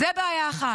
זאת בעיה אחת.